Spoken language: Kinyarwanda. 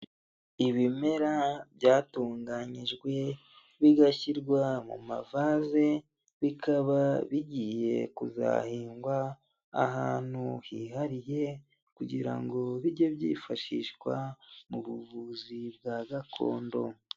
Ibimera byatunganyijwe bigashyirwa mu mavase, bikaba bigiye kuzahingwa ahantu hihariye, kugira ngo bijye byifashishwa mu buvuzi bwa gakondo.